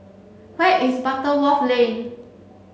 where is Butterworth Lane